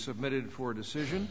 submitted for decision